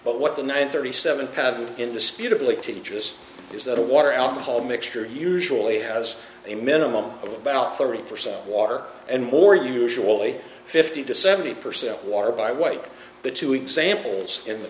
but what the nine thirty seven patent in the spirit like teaches is that a water alcohol mixture usually has a minimum of about thirty percent water and more usually fifty to seventy percent water by way the two examples in the